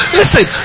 Listen